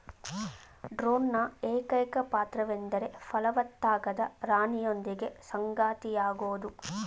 ಡ್ರೋನ್ನ ಏಕೈಕ ಪಾತ್ರವೆಂದರೆ ಫಲವತ್ತಾಗದ ರಾಣಿಯೊಂದಿಗೆ ಸಂಗಾತಿಯಾಗೋದು